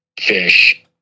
fish